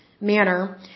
manner